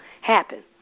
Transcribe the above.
happen